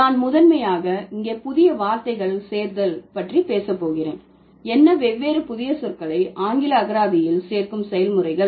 நான் முதன்மையாக இங்கே புதிய வார்த்தைகள் சேர்த்தல் பற்றி பேச போகிறேன் என்ன வெவ்வேறு புதிய சொற்களை ஆங்கில அகராதியில் சேர்க்கும் செயல்முறைகள்